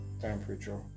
temperature